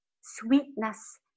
sweetness